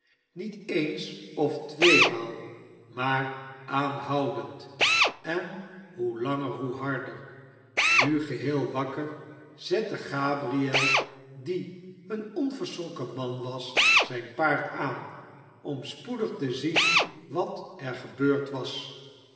niet eens of tweemaal maar aanhoudend en hoe langer hoe harder nu geheel wakker zette gabriel die een onverschrokken man was zijn paard aan i om spoedig te zien wat er gebeurd was